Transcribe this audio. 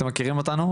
אתם מכירים אותנו,